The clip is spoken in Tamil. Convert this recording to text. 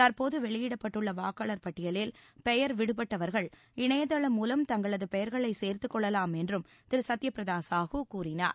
தற்போது வெளியிடப்பட்டுள்ள வாக்காளர் பட்டியலில் பெயர் விடுபட்டவர்கள் இணையதளம் மூலம் தங்களது பெயர்களை சேர்த்துக் கொள்ளலாம் என்றும் திரு சத்ய பிரதா சாஹூ கூறினார்